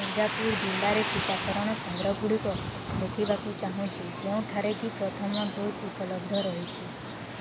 ମିର୍ଜାପୁର ଜିଲ୍ଲାରେ ଟିକାକରଣ କେନ୍ଦ୍ରଗୁଡ଼ିକ ଦେଖିବାକୁ ଚାହୁଁଛି ଯେଉଁଠାରେ କି ପ୍ରଥମ ଡ଼ୋଜ୍ ଉପଲବ୍ଧ ରହିଛି